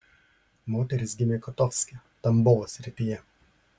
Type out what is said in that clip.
moteris gimė kotovske tambovo srityje